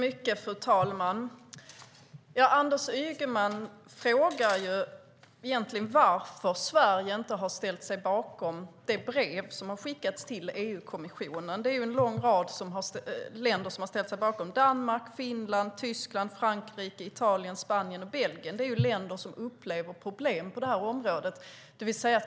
Fru talman! Anders Ygeman frågar egentligen om varför Sverige inte har ställt sig bakom det brev som har skickats till EU-kommissionen. Det är en lång rad länder som har ställt sig bakom det. Det är Danmark, Finland, Tyskland, Frankrike, Italien, Spanien och Belgien. Det är länder som upplever problem på området.